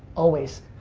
always.